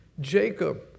Jacob